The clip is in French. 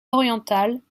orientales